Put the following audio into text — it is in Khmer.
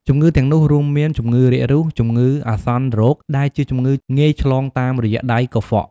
ជំងឺទាំងនោះរួមមាន ជំងឺរាគរូស និងជំងឺអាសន្នរោគ ដែលជាជំងឺងាយឆ្លងតាមរយៈដៃកខ្វក់។